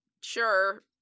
sure